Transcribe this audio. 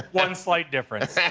one slight difference.